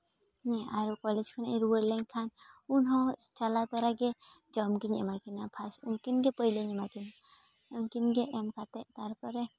ᱦᱮᱸ ᱟᱨ ᱠᱚᱞᱮᱡ ᱠᱷᱚᱱᱟᱜ ᱤᱧ ᱨᱩᱣᱟᱹᱲ ᱞᱮᱱᱠᱷᱟᱱ ᱩᱱᱦᱚᱸ ᱪᱟᱞᱟᱣ ᱛᱚᱨᱟᱜᱮ ᱡᱚᱢ ᱜᱤᱧ ᱮᱢᱟᱠᱤᱱᱟᱹ ᱯᱷᱟᱥ ᱩᱱᱠᱤᱱ ᱜᱮ ᱯᱳᱭᱞᱳᱧ ᱮᱢᱟ ᱠᱤᱱᱟᱹ ᱩᱱᱠᱤᱱ ᱜᱮ ᱮᱢ ᱠᱟᱛᱮ ᱛᱟᱨᱯᱚᱨᱮ